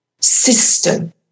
system